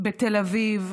בתל אביב,